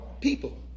people